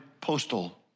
postal